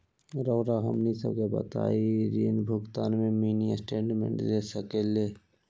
रहुआ हमनी सबके बताइं ऋण भुगतान में मिनी स्टेटमेंट दे सकेलू?